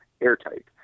airtight